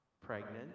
pregnant